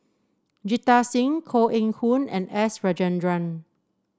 Jita Singh Koh Eng Hoon and S Rajendran